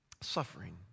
Suffering